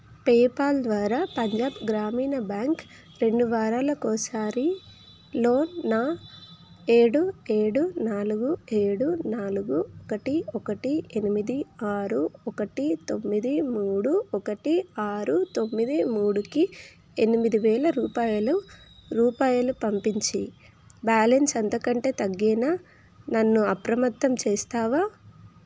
PayPal ద్వారా పంజాబ్ గ్రామీణ bank రెండు వారాలకోసారి లో నా ఏడు ఏడు నాలుగు ఏడు నాలుగు ఒకటి ఒకటి ఎనిమిది ఆరు ఒకటి తొమ్మిది మూడు ఒకటి ఆరు తొమ్మిది మూడుకి ఎనిమిది వేల రూపాయలు రూపాయలు పంపించి బ్యాలన్స్ అంతకంటే తగ్గినా నన్ను అప్రమత్తం చేస్తావా